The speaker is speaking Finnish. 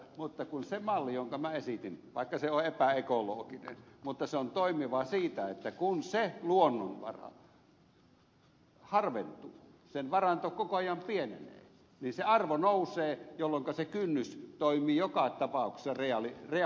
mutta se malli jonka minä esitin vaikka se on epäekologinen se on toimiva siitä että kun se luonnonvara harventuu sen varanto koko ajan pienenee niin se arvo nousee jolloinka se kynnys toimii joka tapauksessa reaaliarvoisena